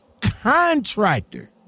contractor